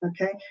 Okay